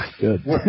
Good